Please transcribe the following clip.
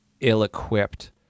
ill-equipped